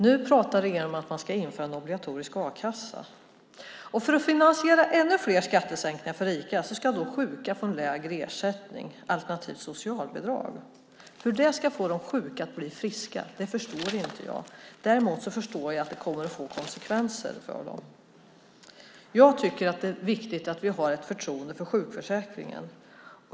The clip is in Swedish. Nu pratar regeringen om att man ska införa en obligatorisk a-kassa. För att finansiera ännu fler skattesänkningar för rika ska sjuka få lägre ersättning alternativt socialbidrag. Hur det ska få de sjuka att bli friska förstår jag inte. Däremot förstår jag att det kommer att få konsekvenser för dem. Jag tycker att det är viktigt att vi har ett förtroende för sjukförsäkringen.